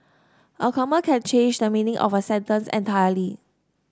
a comma can change the meaning of a sentence entirely